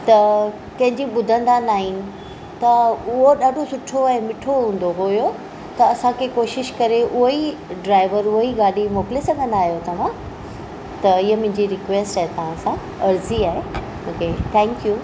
त कंहिंजी ॿुधंदा न आहिनि त उहो ॾाढो सुठो ऐं मिठो हूंदो हुयो त असांखे कोशिशि करे उहेई ड्राइवर उहेई गाॾी मोकले सघंदा आहियो तव्हां त ये मुंहिंजी रिक्वैस्ट आहे तव्हां सां अर्ज़ी आहे मूंखे थैंकयू